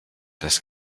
dies